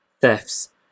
thefts